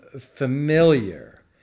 familiar